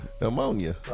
Ammonia